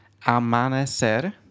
Amanecer